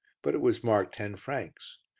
but it was marked ten francs.